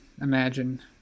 imagine